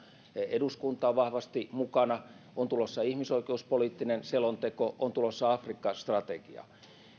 eduskunta on vahvasti mukana on tulossa ihmisoikeuspoliittinen selonteko on tulossa afrikka strategia